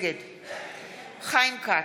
נגד חיים כץ,